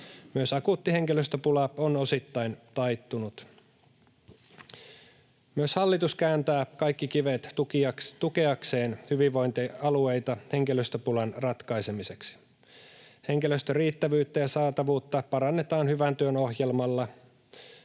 Myös akuutti henkilöstöpula on osittain taittunut. Myös hallitus kääntää kaikki kivet tukeakseen hyvinvointialueita henkilöstöpulan ratkaisemiseksi. Henkilöstön riittävyyttä ja saatavuutta parannetaan Hyvän työn ohjelmalla,